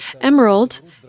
Emerald